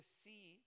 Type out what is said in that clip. see